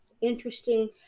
Interesting